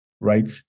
right